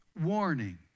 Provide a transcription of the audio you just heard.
Warning